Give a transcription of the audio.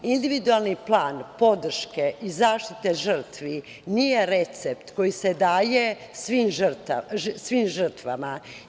Individualni plan podrške i zaštite žrtvi nije recept koji se daje svim žrtvama.